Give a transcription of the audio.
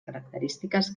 característiques